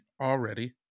already